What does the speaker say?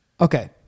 Okay